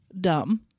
dumb